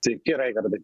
sveiki raigardai